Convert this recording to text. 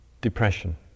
depression